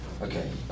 Okay